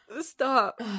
Stop